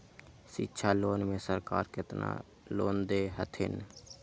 शिक्षा लोन में सरकार केतना लोन दे हथिन?